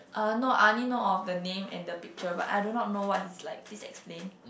uh no I only know of the name and the picture but I do not know what he's like please explain